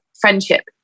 friendship